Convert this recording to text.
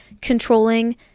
controlling